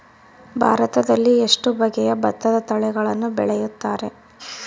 ಭಾರತದಲ್ಲಿ ಎಷ್ಟು ಬಗೆಯ ಭತ್ತದ ತಳಿಗಳನ್ನು ಬೆಳೆಯುತ್ತಾರೆ?